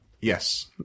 Yes